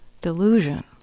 delusion